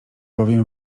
bowiem